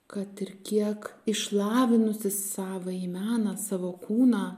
kad ir kiek išlavinusi savąjį meną savo kūną